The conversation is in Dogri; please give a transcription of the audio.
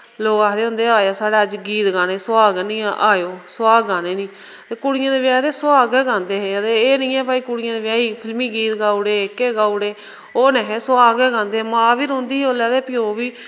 लोक आखदे होंदे आएयो साढ़ै अज्ज गीत गाने सुहाग निं आएओ सुहाग गाने नी ते कुड़ियें दे ब्याह् दे सुहाग गै गांदे हे ते एह् निं ऐ भाई कुड़ियें दे ब्याह् गी फिल्मी गीत गाउड़े एह्के गाउड़े ओह् नेहे सुहाग गै गांदे हे मां बी रौंदी ही उसलै ते प्यो बी